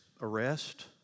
arrest